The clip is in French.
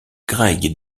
greg